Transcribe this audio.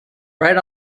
right